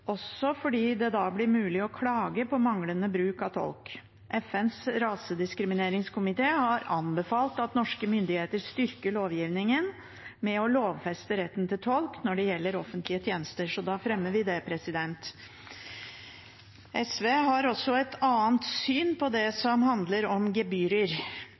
også fordi det da blir mulig å klage på manglende bruk av tolk. FNs rasediskrimineringskomité har anbefalt at norske myndigheter styrker lovgivningen med å lovfeste retten til tolk når det gjelder offentlige tjenester. Så da fremmer vi det forslaget. SV har også et annet syn på det som handler om gebyrer.